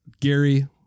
Gary